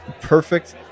perfect